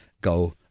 go